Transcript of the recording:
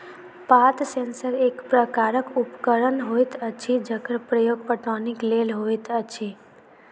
पात सेंसर एक प्रकारक उपकरण होइत अछि जकर प्रयोग पटौनीक लेल होइत अछि